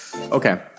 okay